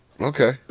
Okay